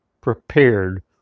prepared